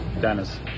Dennis